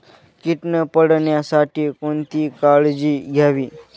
कीड न पडण्यासाठी कोणती काळजी घ्यावी?